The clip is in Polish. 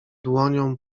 dłonią